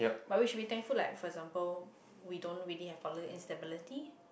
but we should thankful like for example we don't really have fellow instability